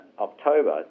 October